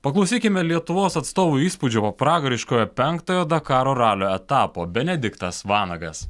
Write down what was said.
paklausykime lietuvos atstovų įspūdžių po pragariškojo penktojo dakaro ralio etapo benediktas vanagas